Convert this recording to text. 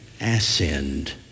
ascend